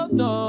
no